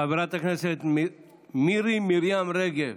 חברת הכנסת מירי מרים רגב,